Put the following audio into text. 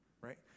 Right